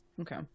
Okay